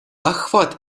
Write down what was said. охват